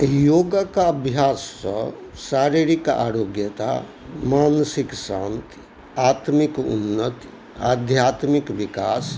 योगक अभ्याससँ शारीरिक आरोग्यता मानसिक शान्ति आत्मिक उन्नति आध्यात्मिक विकास